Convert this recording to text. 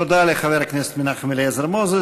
תודה לחבר הכנסת מנחם אליעזר מוזס.